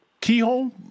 Keyhole